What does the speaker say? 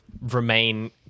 remain